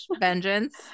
vengeance